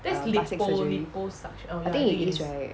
err plastic surgery I think it is right